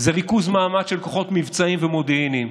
ריכוז מאמץ של כוחות מבצעיים ומודיעיניים,